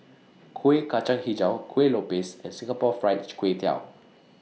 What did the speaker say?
Kueh Kacang Hijau Kuih Lopes and Singapore Fried Kway Tiao